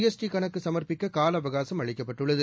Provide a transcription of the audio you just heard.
ST கணக்கு சம்ப்பிக்க காலஅவகாசம் அளிக்கப்பட்டுள்ளது